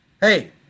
hey